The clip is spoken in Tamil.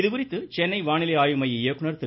இது குறித்து சென்னை வானிலை ஆய்வு மைய இயக்குநர் திரு